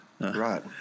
right